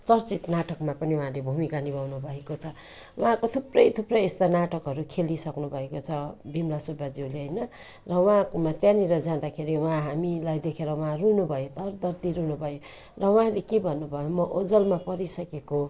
चर्चित नाटकमा पनि उहाँले भूमिका निभाउनु भएको छ उहाँको थुप्रै थुप्रै यस्ता नाटकहरू खेलिसक्नु भएको छ बिमला सुब्बाज्यूले होइन र उहाँ त्यहाँनिर जाँदाखेरि उहाँ हामीलाई देखेर उहाँ रुनु भयो धरधरी रुनुभयो र उहाँले के भन्नुभयो भने म ओझेलमा परिसकेको